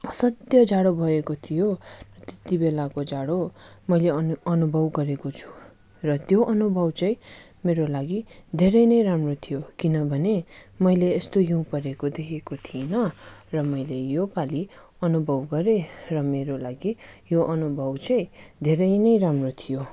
असाध्य जाडो भएको थियो त्यति बेलाको जाडो मैले अनु अनुभव गरेको छु र त्यो अनुभव चाहिँ मेरो लागि धेरै नै राम्रो थियो किनभने मैले यस्तो हिउँ परेको देखेको थिइनँ र मैले योपालि अनुभव गरेँ र मेरो लागि यो अनुभव चाहिँ धेरै नै राम्रो थियो